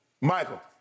Michael